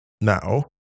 now